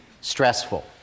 stressful